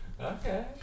Okay